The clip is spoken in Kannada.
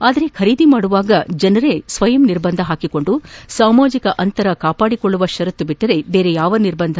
ಆದರೆ ಖರೀದಿ ಮಾಡುವಾಗ ಜನರೇ ಸ್ವಯಂ ನಿರ್ಬಂಧ ಪಾಕಿಕೊಂಡು ಸಾಮಾಜಿಕ ಅಂತರ ಕಾಪಾಡಿಕೊಳ್ಳುವ ಷರತ್ತು ಬಿಟ್ಟರೆ ಬೇರೆ ಯಾವ ನಿರ್ಬಂಧ